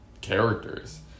characters